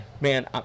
man